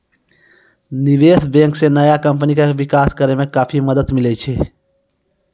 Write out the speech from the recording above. निबेश बेंक से नया कमपनी के बिकास करेय मे काफी मदद मिले छै